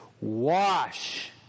wash